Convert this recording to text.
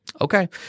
Okay